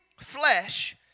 flesh